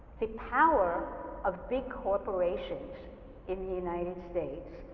the power of big corporations in the united states.